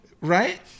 Right